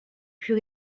plus